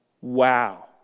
Wow